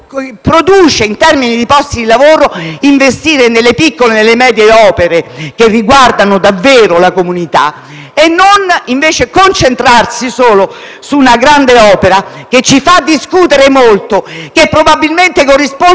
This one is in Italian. produce in termini di posti di lavoro investire nelle piccole e nelle medie opere che riguardano davvero la comunità, invece di concentrarsi solo su una grande opera che ci fa discutere molto e che probabilmente corrisponde